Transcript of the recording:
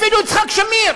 אפילו יצחק שמיר